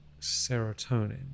serotonin